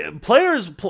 Players